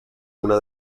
una